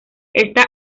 esta